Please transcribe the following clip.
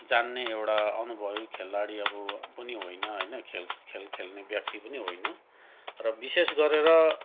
जान्ने एउटा अनुभवी खेलाडी आबो पनि होइन होइन खेल खेल खेल्ने व्यक्ति पनि होइन र विशेष गरेर